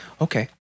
Okay